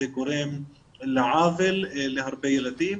זה גורם לעוול להרבה ילדים.